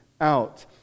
out